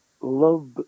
love